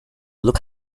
look